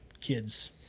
kids